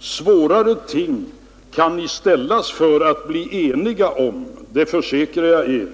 Svårare ting kan ni ställas inför att bli eniga om, det försäkrar jag er.